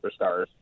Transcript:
superstars